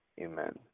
amen